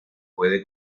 puede